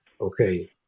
okay